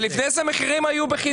ולפני זה המחירים היו בחינם.